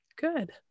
good